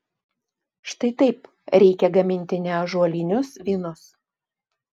štai taip reikia gaminti neąžuolinius vynus